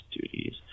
duties